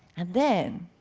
and then,